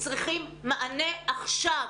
צריכים מענה עכשיו,